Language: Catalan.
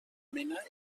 mena